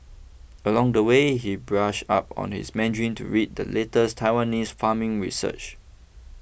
along the way he brushed up on his Mandarin to read the latest Taiwanese farming research